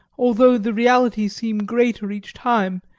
although the reality seems greater each time,